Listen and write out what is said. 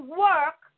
work